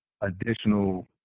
additional